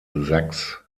sachs